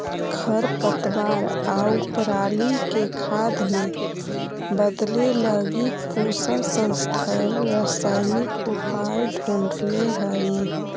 खरपतवार आउ पराली के खाद में बदले लगी पूसा संस्थान रसायनिक उपाय ढूँढ़ले हइ